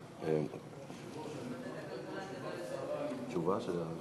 (תנאי להשתתפות בפעילות מטעם